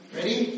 Ready